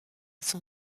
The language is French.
son